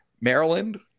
Maryland